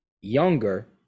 younger